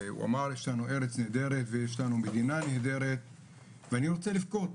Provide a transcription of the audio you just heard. הוא אמר יש לנו ארץ נהדרת ויש לנו מדינה נהדרת ואני רוצה לבכות,